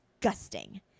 disgusting